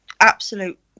absolute